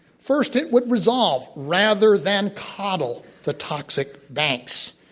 first it would dissolve rather than coddle the toxic banks.